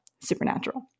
Supernatural